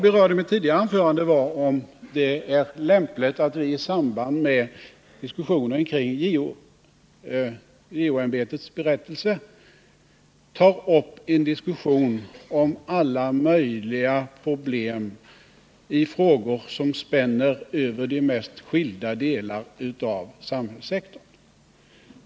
I mitt tidigare anförande berörde jag frågan om huruvida det är lämpligt att i samband med diskussionen om JO:s ämbetsberättelse ta upp en debatt om alla möjliga problem i frågor som spänner över de mest skilda delar av samhällssektorn.